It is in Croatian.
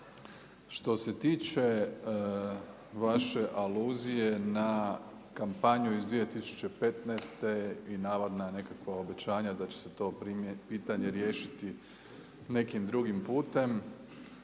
Što se tiče vaše aluzije na kampanju iz 2015. i navodna nekakva obećanja da će se to pitanje riješiti nekim drugim putem